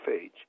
age